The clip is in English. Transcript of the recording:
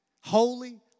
Holy